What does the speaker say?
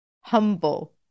humble